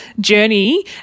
journey